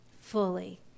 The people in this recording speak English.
fully